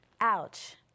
ouch